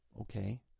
Okay